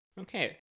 Okay